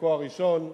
בחלקו הראשון,